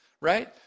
right